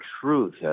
Truth